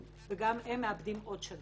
אבל יש גם גופים שזכאים וגם הם מאבדים עוד שנה.